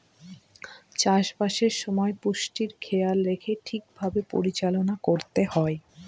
চাষবাসের সময় পুষ্টির খেয়াল রেখে ঠিক ভাবে পরিচালনা করতে হয়